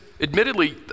admittedly